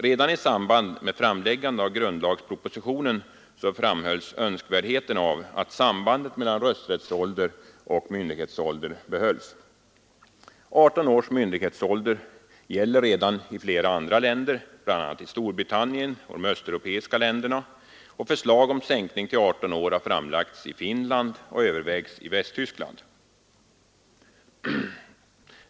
Redan i samband med framläggandet av grundlagspropositionen framhölls önskvärdheten av att sambandet mellan rösträttsålder och myndighetsålder behölls. 18 års myndighetsålder gäller redan i flera andra länder bl.a. i Storbritannien och i de östeuropeiska länderna, och förslag om sänkning till 18 år har framlagts i Finland och övervägs i Västtyskland.